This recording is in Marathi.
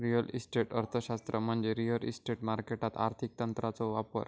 रिअल इस्टेट अर्थशास्त्र म्हणजे रिअल इस्टेट मार्केटात आर्थिक तंत्रांचो वापर